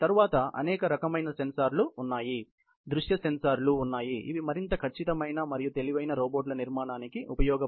తరువాత అనేక రకమైన సెన్సార్లు ఉన్నాయి దృశ్య సెన్సార్లు ఉన్నాయి ఇవి మరింత ఖచ్చితమైన మరియు తెలివైన రోబోట్ల నిర్మాణానికి ఉపయోగపడతాయి